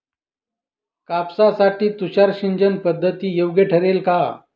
कापसासाठी तुषार सिंचनपद्धती योग्य ठरेल का?